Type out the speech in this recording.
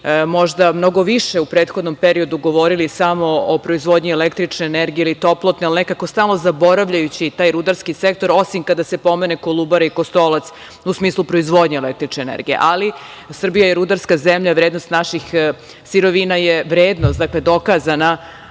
možda mnogo više u prethodnom periodu govorili samo o proizvodnji električne energije ili toplotne, ali nekako stalno zaboravljajući taj rudarski sektor, osim kada se pomene Kolubara i Kostolac u smislu proizvodnje električne energije. Ali, Srbija je rudarska zemlja, vrednost naših sirovina je vrednost, dakle dokazana,